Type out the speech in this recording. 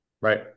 Right